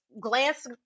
glance